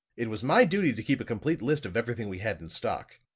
it was my duty to keep a complete list of everything we had in stock.